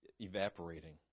evaporating